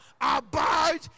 Abide